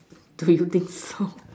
do we don't think so